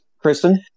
kristen